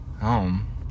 home